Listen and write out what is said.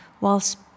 whilst